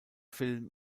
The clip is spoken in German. film